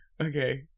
Okay